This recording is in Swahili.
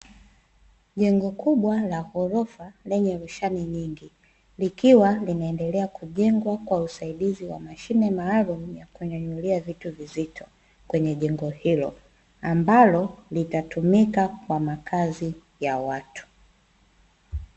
Jengo kubwa la ghorofa lenyewe rushani nyingi likiwa linaendelea kujengwa kwa usaidizi wa mashine maalum ya kunyanyulea vitu vizito kwenye jengo hilo, ambalo litatumika kwa makazi ya watu.